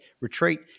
retreat